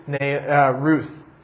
Ruth